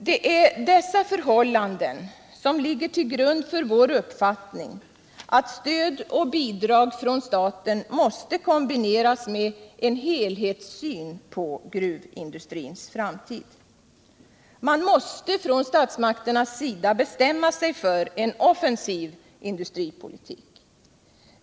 Det är dessa förhållanden som ligger till grund för vår uppfattning att stöd och bidrag från staten måste kombineras med en helhetssyn på gruvindustrins framtid. Man måste från statsmakternas sida bestämma sig för en offensiv industripolitik.